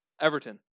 Everton